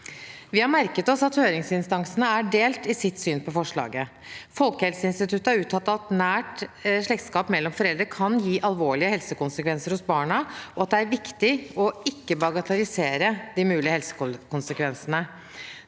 Vi har merket oss at høringsinstansene er delt i sitt syn på forslaget. Folkehelseinstituttet har uttalt at nært slektskap mellom foreldre kan gi alvorlige helsekonsekvenser hos barna, og at det er viktig ikke å bagatellisere de mulige helsekonsekvensene.